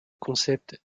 concept